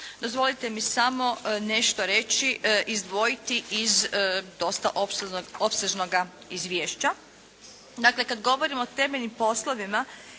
Dozvolite mi samo nešto reći, izdvojiti iz dosta opsežnoga izvješća. Dakle kad govorimo o temeljnim poslovima